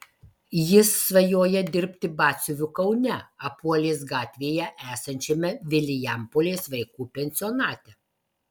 jis svajoja dirbti batsiuviu kaune apuolės gatvėje esančiame vilijampolės vaikų pensionate